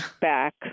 back